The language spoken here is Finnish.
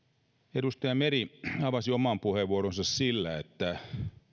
edustaja meri avasi oman puheenvuoronsa sillä että